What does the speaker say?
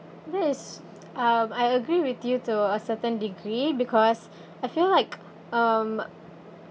this um I agree with you to a certain degree because I feel like um